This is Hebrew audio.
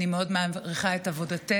אני מאוד מעריכה את עבודתך.